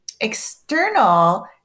External